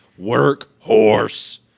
Workhorse